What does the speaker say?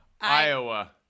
Iowa